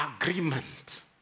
agreement